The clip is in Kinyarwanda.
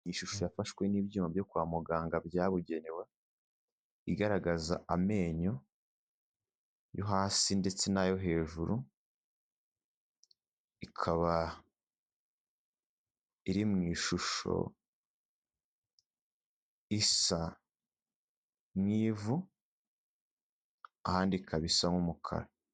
Ishusho yafashwe n'ibyuma byo kwa muganga byabugenewe igaragaza amenyo yo hasi ndetse n'ayo hejuru ikaba iri mu ishusho isa mu ivu ahandi ikaba isa nk'umukara.